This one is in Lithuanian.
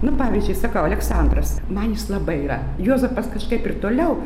nu pavyzdžiui sakau aleksandras man jis labai yra juozapas kažkaip ir toliau